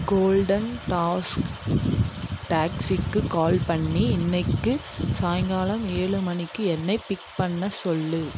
golden task டாக்ஸிக்கு call பண்ணி இன்றைக்கு சாய்ங்காலம் ஏழு மணிக்கு என்னை பிக் பண்ண சொல்லு